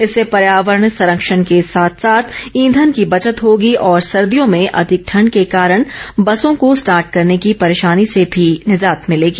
इससे पर्यावरण संरक्षण के साथ साथ ईधन की बचत होगी और सर्दियों में अधिक ठण्ड के कारण बसों को स्टार्ट करने की परेशानी से भी निजात मिलेगी